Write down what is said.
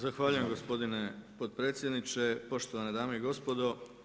Zahvaljujem gospodine potpredsjedniče, poštovane dame i gospodo.